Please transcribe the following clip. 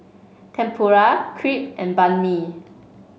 Tempura Crepe and Banh Mi